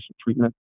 treatment